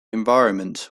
environment